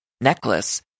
necklace